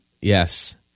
yes